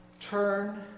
Turn